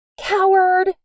Coward